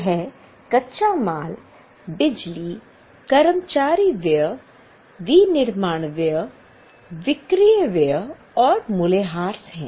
यह कच्चा माल बिजली कर्मचारी व्यय विनिर्माण व्यय विक्रय व्यय और मूल्यह्रास है